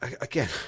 again